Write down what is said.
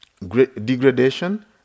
degradation